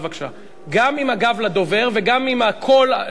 גם עם הגב לדובר וגם עם הקול,